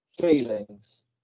feelings